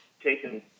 taken